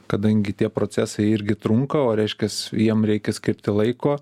kadangi tie procesai irgi trunka o reiškias jiem reikia skirti laiko